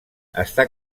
està